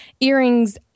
earrings